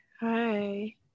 Hi